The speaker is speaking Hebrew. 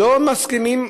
לא מסכימים.